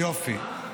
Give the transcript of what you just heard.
יופי.